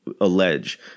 allege